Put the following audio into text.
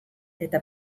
eta